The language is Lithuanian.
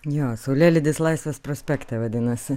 jo saulėlydis laisvės prospekte vadinasi